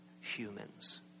humans